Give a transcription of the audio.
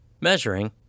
measuring